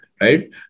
right